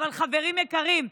אבל חברים יקרים,